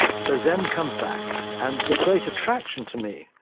so zen comes back. and the great attraction, to me,